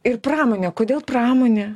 ir pramonė kodėl pramonė